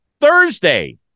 Thursday